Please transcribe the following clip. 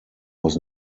was